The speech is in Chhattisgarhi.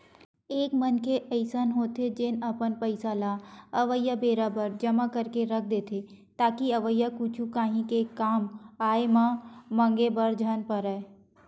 एक मनखे अइसन होथे जेन अपन पइसा ल अवइया बेरा बर जमा करके के रख देथे ताकि अवइया कुछु काही के कामआय म मांगे बर झन परय